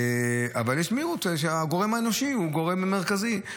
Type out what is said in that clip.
אבל יש מיעוט שהגורם האנושי הוא גורם מרכזי.